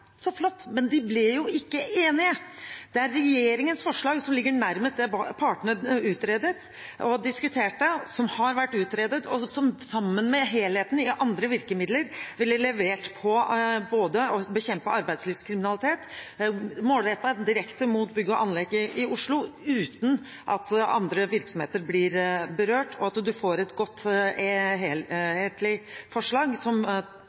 flott, men de ble jo ikke enige! Det er regjeringens forslag som ligger nærmest det som har vært utredet, og som – sammen med helheten i andre virkemidler – ville levert på både å bekjempe arbeidslivskriminalitet, målrettet direkte mot bygg og anlegg i Oslo uten at andre virksomheter ble berørt, og til å få et godt, helthetlig forslag som